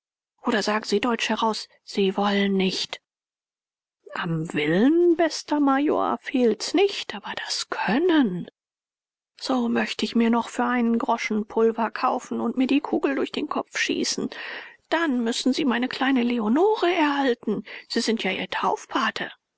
oder sagen sie deutsch heraus sie wollen nicht am willen bester major fehlt's nicht aber das können so möchte ich mir noch für einen groschen pulver kaufen und mir die kugel durch den kopf schießen dann müssen sie meine kleine leonore erhalten sie sind ja ihr taufpate